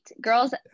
girls